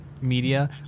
media